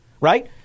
Right